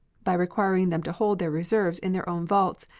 by requiring them to hold their reserves in their own vaults,